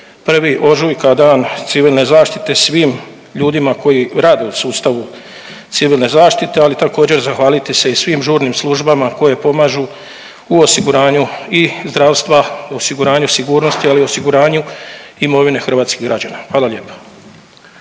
1. ožujka Dan civilne zaštite svim ljudima koji rade u sustavu civilne zaštite, ali također zahvaliti se i svim žurnim službama koje pomažu u osiguranju i zdravstva, osiguranju sigurnosti, ali i osiguranju imovine hrvatskih građana. Hvala lijepa.